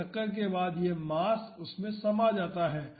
तो टक्कर के बाद यह मास उसमें समा जाता है